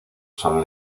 son